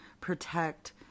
protect